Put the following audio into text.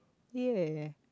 ya